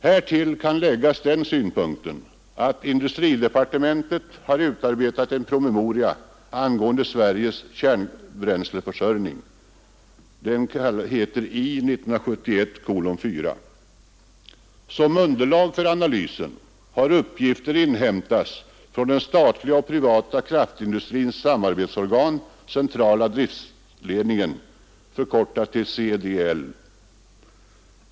Härtill kan läggas den synpunkten att industridepartementet har utarbetat en promemoria angående Sveriges kärnbränsleförsörjning . Som underlag för analysen har uppgifter inhämtats från den statliga och privata kraftindustrins samarbetsorgan, Centrala driftledningen .